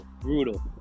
Brutal